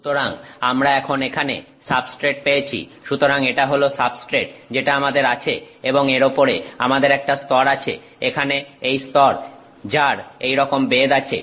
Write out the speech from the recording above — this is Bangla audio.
সুতরাং আমরা এখন এখানে সাবস্ট্রেট পেয়েছি সুতরাং এটা হল সাবস্ট্রেট যেটা আমাদের আছে এবং এর ওপরে আমাদের একটা স্তর আছে এখানে এই স্তর যার এইরকম বেধ আছে